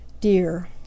Dear